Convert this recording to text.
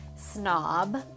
snob